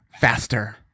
Faster